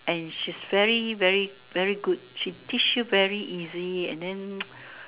and she's very very very good she teach you very easy and then